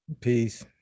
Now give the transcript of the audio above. Peace